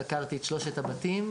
חקרתי את שלושת הבתים,